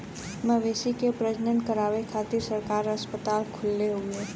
मवेशी के प्रजनन करावे खातिर सरकार अस्पताल खोलले हउवे